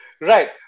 Right